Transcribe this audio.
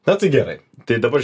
na tai gerai tai dabar